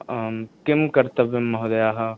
आं किं कर्तव्यं महोदयः